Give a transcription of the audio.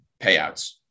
payouts